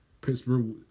Pittsburgh